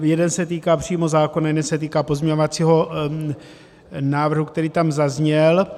Jeden se týká přímo zákona, jeden se týká pozměňovacího návrhu, který tam zazněl.